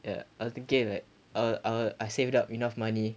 ya I was thinking like I'll I'll I saved up enough money